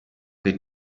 che